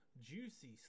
juicy